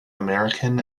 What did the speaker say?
american